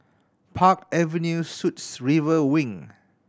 Park Avenue Suites River Wing